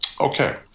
Okay